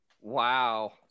Wow